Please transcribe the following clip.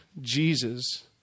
Jesus